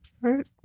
Right